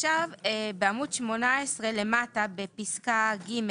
בעמוד 18 למטה בפסקה (ג)